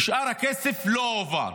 שאר הכסף לא הועבר,